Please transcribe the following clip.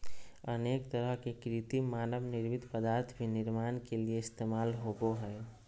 अनेक तरह के कृत्रिम मानव निर्मित पदार्थ भी निर्माण के लिये इस्तेमाल होबो हइ